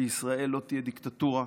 בישראל לא תהיה דיקטטורה.